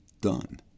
done